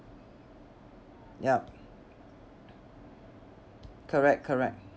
yup correct correct